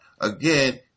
Again